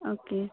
okay